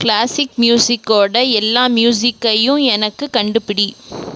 classic மியூசிக்கோட எல்லா மியூசிக்கையும் எனக்கு கண்டுபிடி